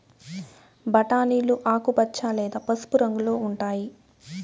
బఠానీలు ఆకుపచ్చ లేదా పసుపు రంగులో ఉంటాయి